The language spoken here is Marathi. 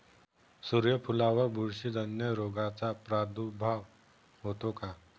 सूर्यफुलावर बुरशीजन्य रोगाचा प्रादुर्भाव होतो का?